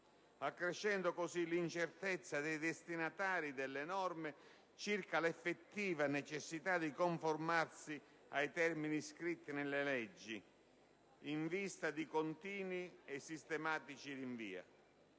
accrescendo così l'incertezza dei destinatari delle norme circa l'effettiva necessità di conformarsi ai termini scritti nelle leggi, in vista di continui e sistematici rinvii;